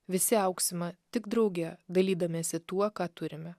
visi augsime tik drauge dalydamiesi tuo ką turime